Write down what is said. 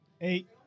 Eight